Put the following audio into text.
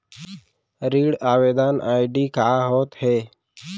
ऋण आवेदन आई.डी का होत हे?